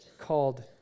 called